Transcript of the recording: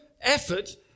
effort